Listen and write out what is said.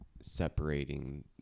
separating